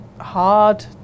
Hard